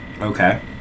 Okay